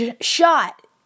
Shot